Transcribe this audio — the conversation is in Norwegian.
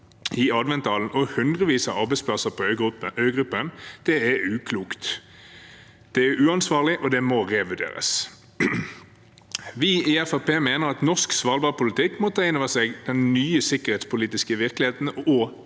i Adventdalen og hundrevis av arbeidsplasser på øygruppen, er uklokt. Det er uansvarlig, og det må revurderes. Vi i Fremskrittspartiet mener at norsk svalbardpolitikk må ta inn over seg den nye sikkerhetspolitiske virkeligheten og